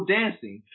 dancing